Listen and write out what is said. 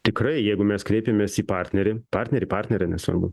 tikrai jeigu mes kreipiamės į partnerį partnerį partnerę nesvarbu